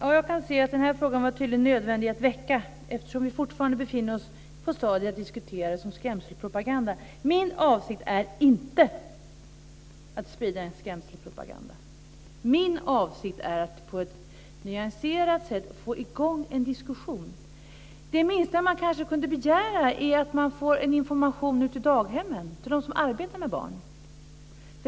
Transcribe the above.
Fru talman! Den här frågan var tydligen nödvändig att väcka eftersom vi fortfarande befinner oss på ett stadium där vi diskuterar det här som skrämselpropaganda. Min avsikt är inte att sprida skrämselpropaganda. Min avsikt är att på ett nyanserat sätt få igång en diskussion. Det minsta man kanske kan begära är att det ges information på daghemmen för dem som arbetar med barn.